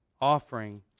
offering